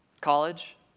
College